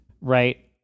right